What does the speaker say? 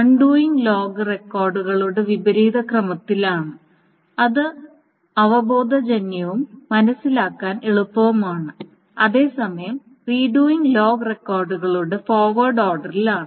undoing log റെക്കോർഡുകളുടെ വിപരീത ക്രമത്തിലാണ് ഇത് അവബോധജന്യവും മനസ്സിലാക്കാൻ എളുപ്പവുമാണ് അതേസമയം റീഡൂയിംഗ് ലോഗ് റെക്കോർഡുകളുടെ ഫോർവേഡ് ഓർഡറിൽ ആണ്